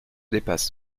dépasse